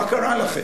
מה קרה לכם?